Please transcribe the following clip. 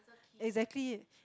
exactly